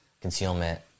concealment